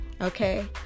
okay